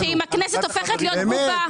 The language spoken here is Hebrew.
באמת.